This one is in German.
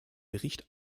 bericht